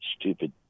stupid